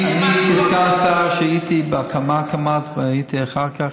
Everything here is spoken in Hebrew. אני כסגן שר הייתי כמעט מההקמה והייתי אחר כך,